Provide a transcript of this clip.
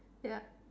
ya